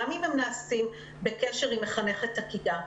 גם אם הם נעשים בקשר עם מחנכת הכיתה.